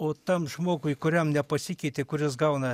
o tam žmogui kuriam nepasikeitė kuris gauna